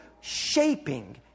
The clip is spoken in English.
shaping